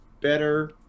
better